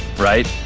right?